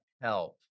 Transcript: help